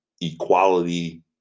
equality